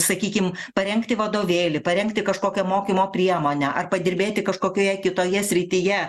sakykim parengti vadovėlį parengti kažkokią mokymo priemonę ar padirbėti kažkokioje kitoje srityje